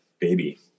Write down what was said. baby